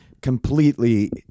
completely